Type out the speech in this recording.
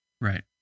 Right